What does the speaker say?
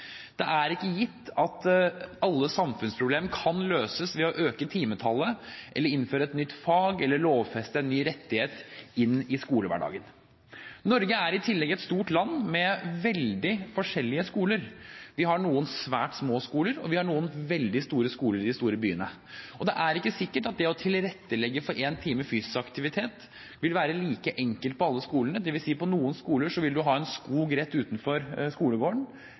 Det er ikke gitt at alle samfunnsproblemer kan løses ved å øke timetallet eller innføre et nytt fag eller lovfeste en ny rettighet inn i skolehverdagen. Norge er i tillegg et stort land med veldig forskjellige skoler. Vi har noen svært små skoler, og vi har noen veldig store skoler i de store byene. Det er ikke sikkert at det å tilrettelegge for én times fysisk aktivitet vil være like enkelt på alle skolene. På noen skoler vil man ha en skog rett utenfor skolegården,